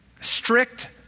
Strict